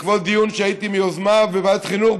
בדיון שהייתי בו בוועדת החינוך,